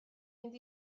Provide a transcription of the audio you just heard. mynd